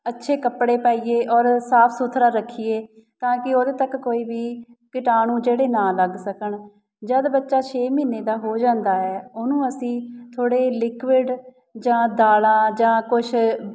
ਅੱਛੇ ਕੱਪੜੇ ਪਾਈਏ ਔਰ ਸਾਫ ਸੁਥਰਾ ਰੱਖੀਏ ਤਾਂ ਕਿ ਉਹਦੇ ਤੱਕ ਕੋਈ ਵੀ ਕੀਟਾਣੂ ਜਿਹੜੇ ਨਾ ਲੱਗ ਸਕਣ ਜਦ ਬੱਚਾ ਛੇ ਮਹੀਨੇ ਦਾ ਹੋ ਜਾਂਦਾ ਹੈ ਉਹਨੂੰ ਅਸੀਂ ਥੋੜ੍ਹੇ ਲਿਕੂਅਡ ਜਾਂ ਦਾਲਾਂ ਜਾਂ ਕੁਛ